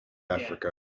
africa